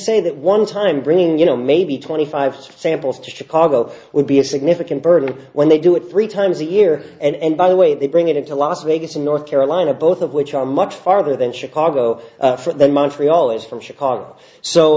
say that one time bringing you know maybe twenty five samples to chicago would be a significant burden when they do it three times a year and by the way they bring it into las vegas in north carolina both of which are much farther than chicago for the montreal is from chicago